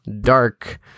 dark